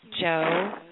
Joe